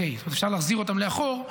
שאפשר להחזיר לאחור,